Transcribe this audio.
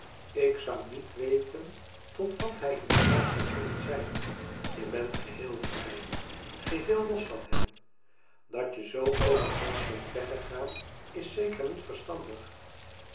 ik zoû niet weten tot wat hij in staat zoû kunnen zijn je bent geheel vrij geheel los van hem dat je zoo overhaast bent weggegaan is zeker niet verstandig